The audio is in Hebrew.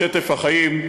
בשטף החיים,